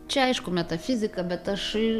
čia aišku metafizika bet aš